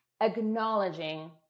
acknowledging